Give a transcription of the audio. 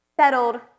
settled